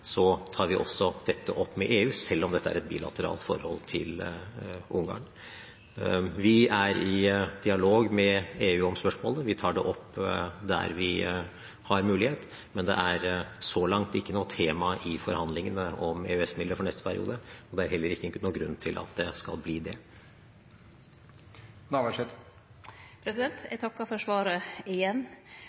dette opp med EU, selv om dette er et bilateralt forhold til Ungarn. Vi er i dialog med EU om spørsmålet. Vi tar det opp der vi har mulighet, men det er så langt ikke noe tema i forhandlingene om EØS-midler for neste periode. Det er heller ikke noen grunn til at det skal bli det. Eg takkar for svaret igjen.